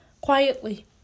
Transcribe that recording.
quietly